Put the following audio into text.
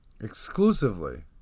Exclusively